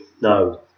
No